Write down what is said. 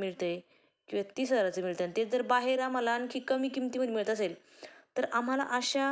मिळतं आहे किंवा तीस हजाराचं मिळते आणि तेच जर बाहेर आम्हाला आणखी कमी किमतीमध्ये मिळत असेल तर आम्हाला अशा